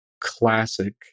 classic